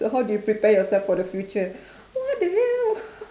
so how do you prepare yourself for the future what the hell